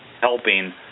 helping